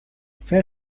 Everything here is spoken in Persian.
فکر